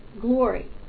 glory